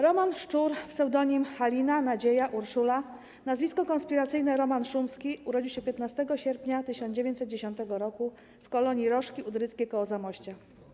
Roman Szczur, pseudonimy: „Halina”, „Nadzieja”, „Urszula”, nazwisko konspiracyjne: Roman Szumski, urodził się 15 sierpnia 1910 r. w Kolonii Roszki Udryckie koło Zamościa.